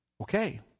okay